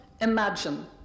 imagine